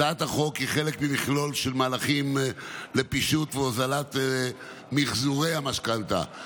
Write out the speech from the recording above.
הצעת החוק היא חלק ממכלול של מהלכים לפישוט והוזלת מחזורי המשכנתה.